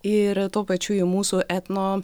ir tuo pačiu į mūsų etno